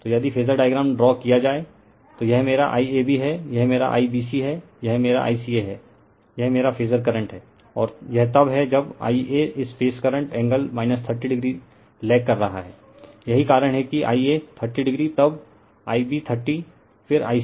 तो यदि phasor diagram draw किया जाए तो यह मेरा IAB है यह मेरा IBC है यह मेरा ICA है यह मेरा फेजर करंट है और यह तब है जब Ia इस phase current angle 30o lag कर रहा है यही कारण हैं कि Ia30o तब Ib30 फिर Ic